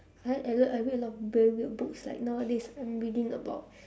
I like I read I read a lot of very weird books like nowadays I'm reading about